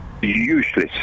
useless